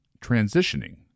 transitioning